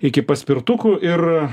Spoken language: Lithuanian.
iki paspirtukų ir